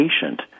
patient